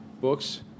books